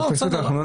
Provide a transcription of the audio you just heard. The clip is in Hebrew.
זה עד אין-סוף.